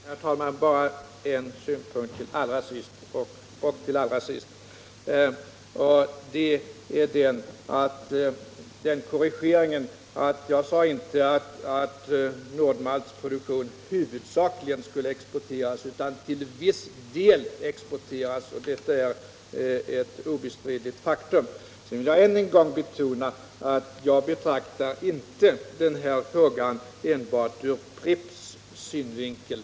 Herr talman! Låt mig allra sist göra en korrigering! Jag sade inte att Nord-Malts produktion huvudsakligen skulle exporteras, utan jag sade att den skulle exporteras till viss del — och det är ett obestridligt faktum. Sedan vill jag än en gång betona att jag inte betraktar denna fråga enbart ur Pripps synvikel.